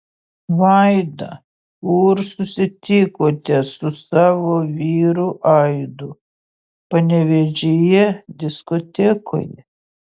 vaida kur susitikote su savo vyru aidu panevėžyje diskotekoje